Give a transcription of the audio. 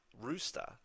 Rooster